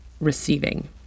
receiving